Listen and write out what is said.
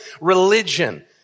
religion